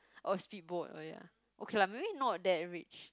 oh speedboat oh ya okay lah maybe not that rich